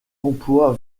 emploie